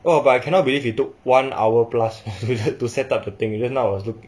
!wow! but I cannot believe you took one hour plus to set up the thing just now